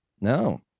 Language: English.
no